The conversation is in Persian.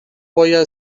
باید